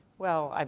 well,